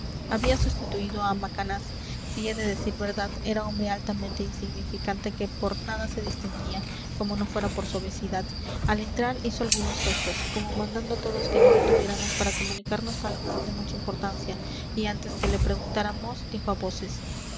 había sustituido a macanaz si he de decir verdad era hombre altamente insignificante que por nada se distinguía como no fuera por su obesidad al entrar hizo algunos gestos como mandando a todos que nos detuviéramos para comunicarnos algo de mucha importancia y antes que le preguntáramos dijo a voces